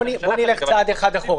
בוא נלך צעד אחד אחורה.